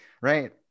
right